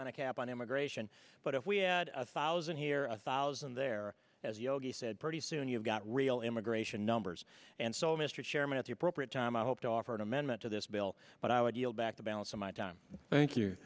on a cap on immigration but if we had a thousand here a thousand there as yogi said pretty soon you've got real immigration numbers and so mr chairman at the appropriate time i hope to offer an amendment to this bill but i would yield back the balance of my time thank you